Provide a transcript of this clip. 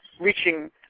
reaching